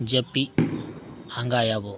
ᱡᱟᱹᱯᱤᱫ ᱟᱸᱜᱟᱭᱟᱵᱚ